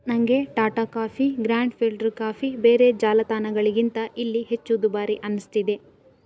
ನನಗೆ Tata coffee grand filter coffee ಬೇರೆ ಜಾಲತಾಣಗಳಿಗಿಂತ ಇಲ್ಲಿ ಹೆಚ್ಚು ದುಬಾರಿ ಅನ್ನಿಸ್ತಿದೆ